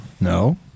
No